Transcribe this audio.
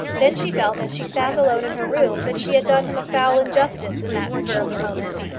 then she felt, as she sat alone in her room, that she had done him a foul injustice in that spur of the moment.